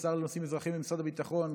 השר לנושאים אזרחיים במשרד הביטחון,